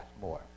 more